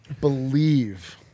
believe